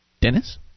Dennis